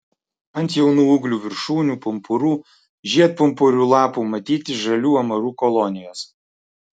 ant jaunų ūglių viršūnių pumpurų žiedpumpurių lapų matyti žalių amarų kolonijos